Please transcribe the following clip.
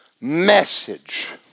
message